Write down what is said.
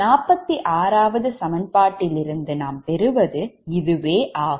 46 ஆவது சமன்பாட்டில் இருந்து நாம் பெறுவது இதுவே ஆகும்